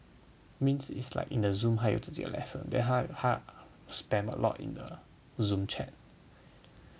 means is like in the Zoom 还有自己的 lesson that 他他 spam a lot in the Zoom chat